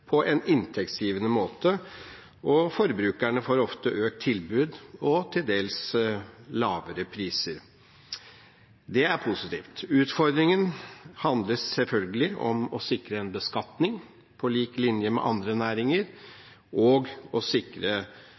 på en inntektsgivende måte, og forbrukerne får ofte økt tilbud og til dels lavere priser. Det er positivt. Utfordringen handler selvfølgelig om å sikre en beskatning på lik linje med andre næringer og å sikre